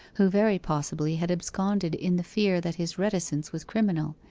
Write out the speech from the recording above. who very possibly had absconded in the fear that his reticence was criminal,